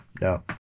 no